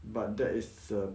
but that is a